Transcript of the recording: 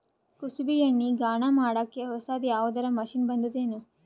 ಕುಸುಬಿ ಎಣ್ಣೆ ಗಾಣಾ ಮಾಡಕ್ಕೆ ಹೊಸಾದ ಯಾವುದರ ಮಷಿನ್ ಬಂದದೆನು?